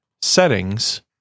settings